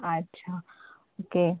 अच्छा ओके